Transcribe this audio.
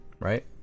right